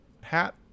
hat